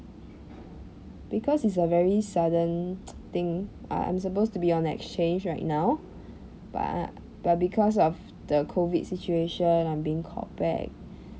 because it's a very sudden thing uh I'm supposed to be on exchange right now but but because of the COVID situation I'm being called back